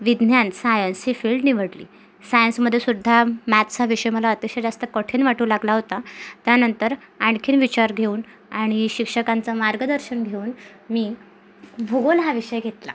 विज्ञान सायन्स ही फील्ड निवडली सायन्समध्ये सुद्धा मॅथ्स हा विषय मला अतिशय जास्त कठीण वाटू लागला होता त्यानंतर आणखी विचार घेऊन आणि शिक्षकांचं मार्गदर्शन घेऊन मी भूगोल हा विषय घेतला